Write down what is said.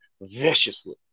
viciously